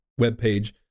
webpage